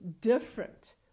different